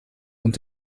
und